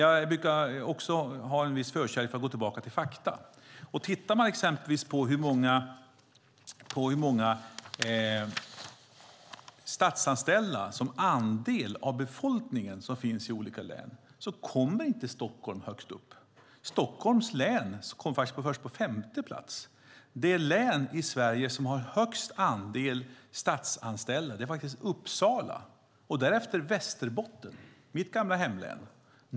Jag brukar också ha en viss förkärlek för att gå tillbaka till fakta. Låt oss titta på mängden statsanställda som andel av befolkningen i olika län. Då ligger inte Stockholm högst upp. Stockholms län kommer faktiskt först på femte plats. Det län i Sverige som har högst andel statsanställda är Uppsala. Därefter är det Västerbotten - mitt gamla hemlän.